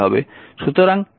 সুতরাং এটি হল সার্কিট